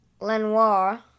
Lenoir